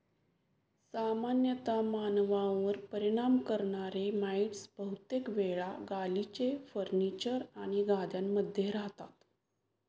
सामान्यतः मानवांवर परिणाम करणारे माइटस बहुतेक वेळा गालिचे, फर्निचर आणि गाद्यांमध्ये रहातात